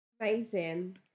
Amazing